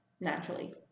naturally